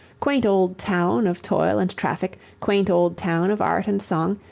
quaint old town of toil and traffic, quaint old town of art and song,